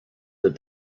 that